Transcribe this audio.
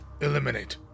eliminate